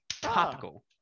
topical